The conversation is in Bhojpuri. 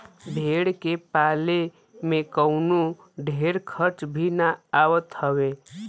भेड़ के पाले में कवनो ढेर खर्चा भी ना आवत हवे